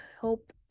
hope